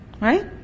Right